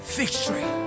victory